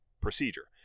procedure